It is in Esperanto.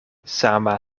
sama